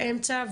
הוא באמצע,